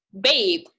babe